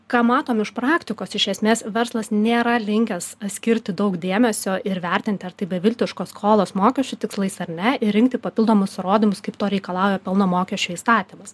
ką matom iš praktikos iš esmės verslas nėra linkęs skirti daug dėmesio ir vertinti ar tai beviltiškos skolos mokesčių tikslais ar ne ir rinkti papildomus įrodymus kaip to reikalauja pelno mokesčio įstatymas